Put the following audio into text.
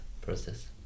process